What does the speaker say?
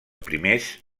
primers